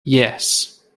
yes